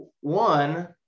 One